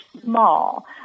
small